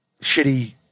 shitty